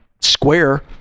square